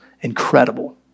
incredible